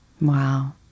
Wow